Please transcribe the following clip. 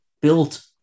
built